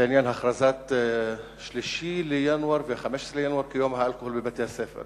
בעניין הכרזת 3 בינואר ו-15 בינואר כיום האלכוהול בבתי-הספר.